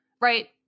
right